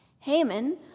Haman